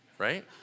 Right